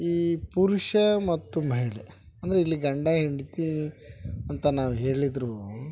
ಈ ಪುರುಷ ಮತ್ತು ಮಹಿಳೆ ಅಂದ್ರೆ ಇಲ್ಲಿ ಗಂಡ ಹೆಂಡತಿ ಅಂತ ನಾವು ಹೇಳಿದರೂನು